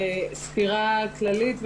סקירה כללית,